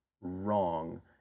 wrong